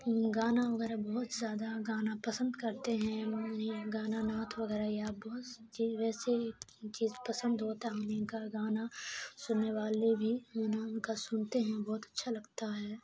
گانا وغیرہ بہت زیادہ گانا پسند کرتے ہیں گانا نعت وغیرہ یا بہت سی چیز ویسے چیز پسند ہوتا ہے ہم ان کا گانا سننے والے بھی گانا ان کا سنتے ہیں اور بہت اچھا لگتا ہے